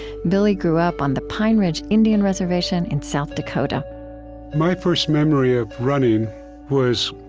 billy grew up on the pine ridge indian reservation in south dakota my first memory of running was,